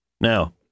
Now